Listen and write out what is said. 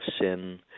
sin